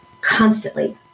constantly